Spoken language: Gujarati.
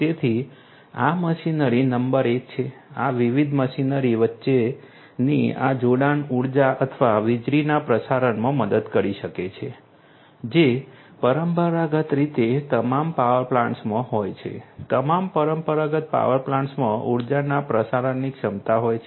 તેથી આ મશીનરી નંબર એક છે આ વિવિધ મશીનરી વચ્ચેની આ જોડાણ ઊર્જા અથવા વીજળીના પ્રસારણમાં મદદ કરી શકે છે જે પરંપરાગત રીતે તમામ પાવર પ્લાન્ટ્સમાં હોય છે તમામ પરંપરાગત પાવર પ્લાન્ટમાં ઊર્જાના પ્રસારણની ક્ષમતા હોય છે